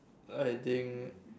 I think